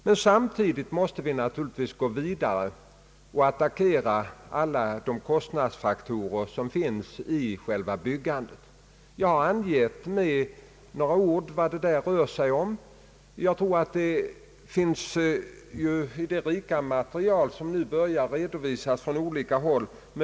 Men samtidigt måste vi naturligtvis gå vidare och attackera alla de kostnadsfaktorer som finns i själva byggandet. Jag har med några ord angett i svaret vad det rör sig om. Jag tror att det finns möjligheter för herr Werner att studera det rika material som nu redovisas från olika håll.